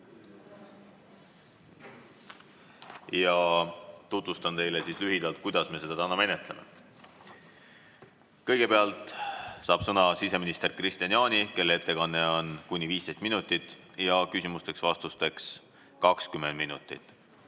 Tutvustan teile lühidalt, kuidas me seda täna menetleme. Kõigepealt saab sõna siseminister Kristian Jaani, kelle ettekanne on kuni 15 minutit ja küsimusteks-vastusteks on aega 20 minutit.